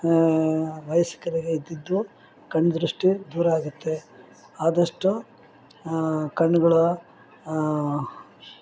ವಯಸ್ಕರಿಗೆ ಇದ್ದಿದ್ದ ಕಣ್ಣು ದೃಷ್ಟಿ ದೂರ ಆಗುತ್ತೆ ಆದಷ್ಟು ಕಣ್ಣುಗಳು